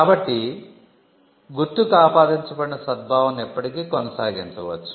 కాబట్టి గుర్తుకు ఆపాదించబడిన సద్భావనను ఎప్పటికీ కొనసాగించవచ్చు